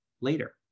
later